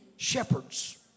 shepherds